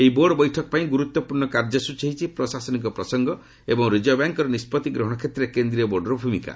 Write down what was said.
ଏହି ବୋର୍ଡ ବୈଠକ ପାଇଁ ଗୁରୁତ୍ୱପୂର୍ଣ୍ଣ କାର୍ଯ୍ୟସୂଚୀ ହେଉଛି ପ୍ରଶାସନିକ ପ୍ରସଙ୍ଗ ଏବଂ ରିଜର୍ଭ ବ୍ୟାଙ୍କ୍ର ନିଷ୍ପଭି ଗ୍ରହଣ କ୍ଷେତ୍ରରେ କେନ୍ଦ୍ରୀୟ ବୋର୍ଡର ଭୂମିକା